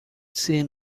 seen